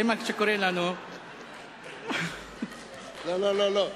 לא, לא.